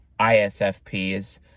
ISFPs